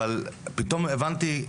אבל פתאום הבנתי,